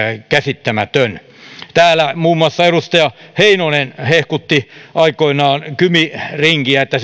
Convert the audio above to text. käsittämätön täällä muun muassa edustaja heinonen hehkutti aikoinaan kymi ringiä että